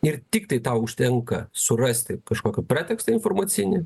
ir tiktai tau užtenka surasti kažkokį pretekstą informacinį